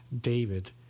David